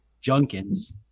Junkins